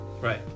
Right